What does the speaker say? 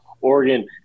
Oregon